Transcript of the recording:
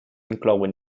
inclouen